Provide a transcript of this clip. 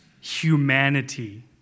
humanity